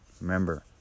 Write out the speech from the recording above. Remember